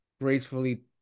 gracefully